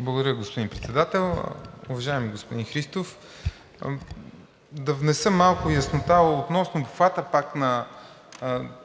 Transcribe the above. Благодаря, господин Председател. Уважаеми господин Христов, да внеса малко яснота относно обхвата на